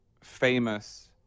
famous